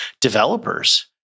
developers